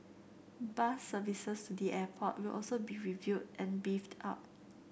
bus services to the airport will also be reviewed and beefed up